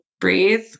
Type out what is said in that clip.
breathe